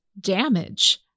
damage